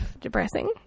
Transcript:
depressing